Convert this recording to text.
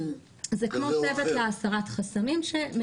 זה כמו צוות להסרת חסמים, וזה עובר.